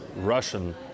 Russian